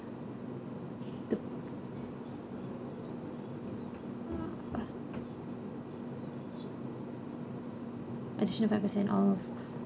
the additional five percent off